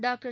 doctor